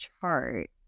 chart